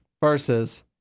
versus